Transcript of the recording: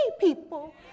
people